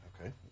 Okay